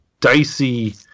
dicey